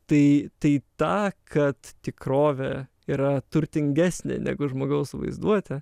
tai tai tą kad tikrovė yra turtingesnė negu žmogaus vaizduotė